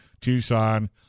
Tucson